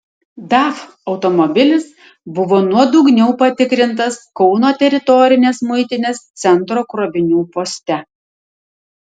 daf automobilis buvo nuodugniau patikrintas kauno teritorinės muitinės centro krovinių poste